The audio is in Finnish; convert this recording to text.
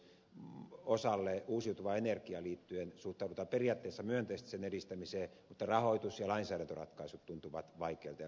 osa suhtautuu uusiutuvaan energiaan liittyen periaatteessa myönteisesti sen edistämiseen mutta rahoitus ja lainsäädäntöratkaisut tuntuvat vaikeilta ja karvailta